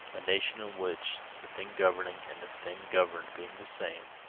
a nation in which, the thing governing and the thing governed being the same,